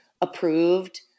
approved